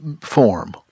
form